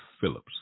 Phillips